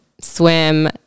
swim